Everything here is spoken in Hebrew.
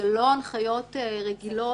אלה לא הנחיות רגילות.